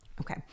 Okay